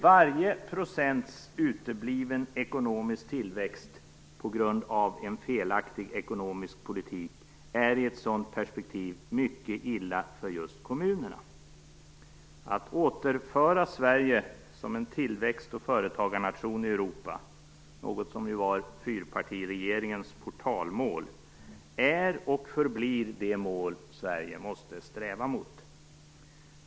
Varje procents utebliven ekonomisk tillväxt på grund av en felaktig ekonomisk politik är i ett sådant perspektiv mycket illa för just kommunerna. Att återföra Sverige som en tillväxt och företagarnation i Europa, något som var fyrpartiregeringens portalmål, är och förblir det mål Sverige måste sträva mot.